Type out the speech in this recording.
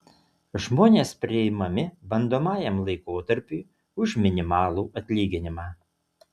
žmonės priimami bandomajam laikotarpiui už minimalų atlyginimą